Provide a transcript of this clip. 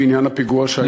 בעניין הפיגוע שהיה היום,